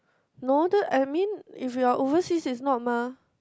no dude I mean if you are overseas is not mah